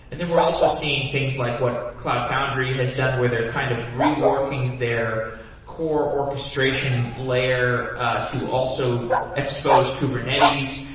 and then we're also seeing things like what cloud foundry has done where they're kind of reworking their core orchestration layer ah to also expose kubernetes,